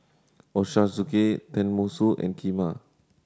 Ochazuke Tenmusu and Kheema